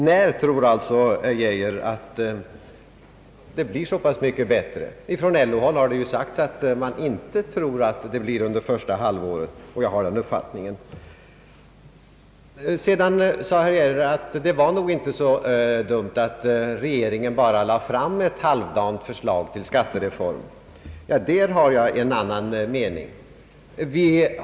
När tror alltså herr Geijer att det blir så pass mycket bättre? Från LO-håll har det ju sagts att man inte tror att det blir under första halvåret, och jag delar den uppfattningen. Vidare sade herr Geijer att det nog inte var så dumt att regeringen bara lade fram ett halvdant förslag till skattereform. I det fallet har jag en annan mening.